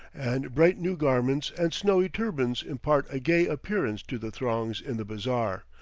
and bright new garments and snowy turbans impart a gay appearance to the throngs in the bazaar,